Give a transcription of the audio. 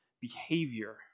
behavior